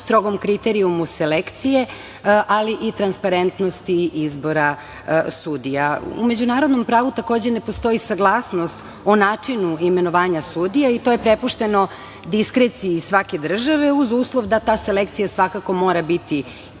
strogom kriterijumu selekcije, ali i transparentnosti izbora sudija.U međunarodnom pravu, takođe, ne postoji saglasnost o načinu i imenovanju sudija i to je prepušteno diskreciji svake države, uz uslov da ta selekcija svakako mora biti